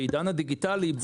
בעידן הדיגיטלי,